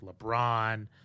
LeBron